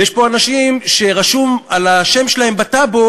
ויש פה אנשים שרשום על השם שלהם בטאבו